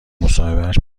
مصاحبهش